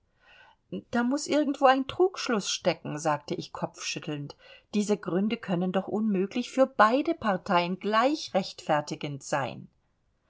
da muß irgendwo ein trugschluß stecken sagte ich kopfschüttelnd diese gründe können doch unmöglich für beide parteien gleich rechtfertigend sein